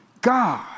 God